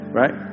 right